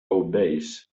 obees